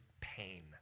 pain